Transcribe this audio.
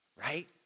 right